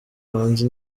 hanze